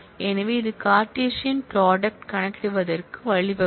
எனவே இது Cartesian product கணக்கிடப்படுவதற்கு வழிவகுக்கும்